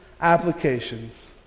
applications